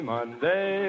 Monday